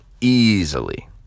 easily